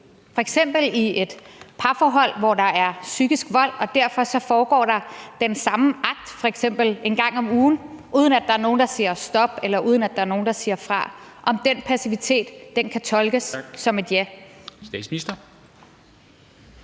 et parforhold, hvor der er psykisk vold og der derfor foregår den samme akt f.eks. en gang om ugen, uden at der er nogen, der siger stop, eller uden at der er nogen, der siger fra, kan tolkes som et ja?